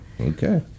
Okay